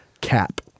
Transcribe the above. cap